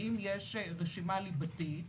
האם יש רשימה ליבתית